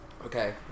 Okay